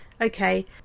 okay